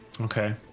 Okay